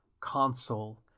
console